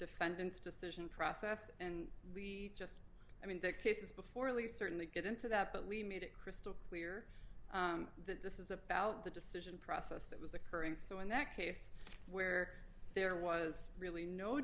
defendant's decision process and we just i mean the cases before lee certainly get into that but we made it crystal clear that this is about the decision process that was occurring so in that case where there was really no